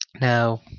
Now